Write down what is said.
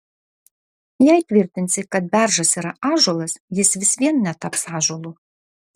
jei tvirtinsi kad beržas yra ąžuolas jis vis vien netaps ąžuolu